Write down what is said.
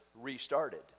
restarted